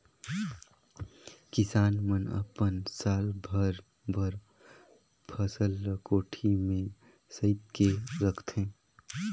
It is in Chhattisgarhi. किसान मन अपन साल भर बर फसल ल कोठी में सइत के रखथे